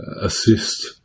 assist